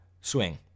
swing